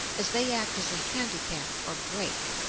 as they act as a handicap or brake.